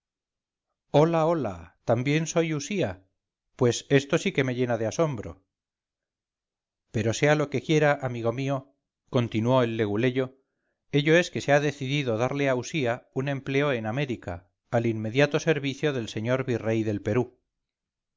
hola hola también soy usía pues esto sí que me llena de asombro pero sea lo que quiera amigo mío continuó el leguleyo ello es que se ha decidido darle a usía un empleo en américa al inmediato servicio del señor virrey del perú